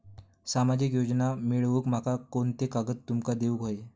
सामाजिक योजना मिलवूक माका कोनते कागद तुमका देऊक व्हये?